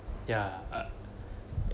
ya uh